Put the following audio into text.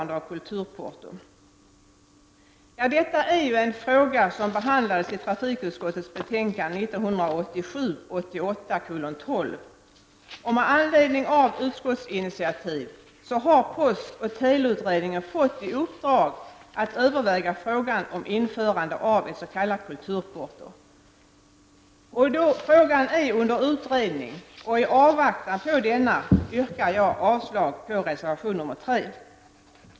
Detta är en fråga som behandlades i trafikutskottets betänkande 1987/88:12 och med anledning av utskottets initiativ har postoch teleutredningen fått i uppdrag att överväga frågan om införande av ett s.k. kulturporto. Då frågan är under utredning och i avvaktan på denna, yrkar jag avslag på reservation nr 3.